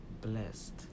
blessed